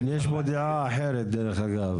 כן, יש פה דעה אחרת, דרך אגב.